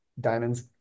diamonds